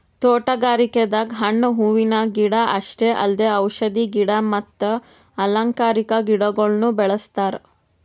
ತೋಟಗಾರಿಕೆದಾಗ್ ಹಣ್ಣ್ ಹೂವಿನ ಗಿಡ ಅಷ್ಟೇ ಅಲ್ದೆ ಔಷಧಿ ಗಿಡ ಮತ್ತ್ ಅಲಂಕಾರಿಕಾ ಗಿಡಗೊಳ್ನು ಬೆಳೆಸ್ತಾರ್